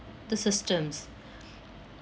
the systems